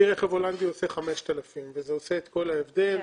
כלי רכב הולנדי עושה 5,000 קילומטרים בשנה וזה עושה את כל ההבדל.